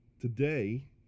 Today